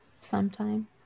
sometime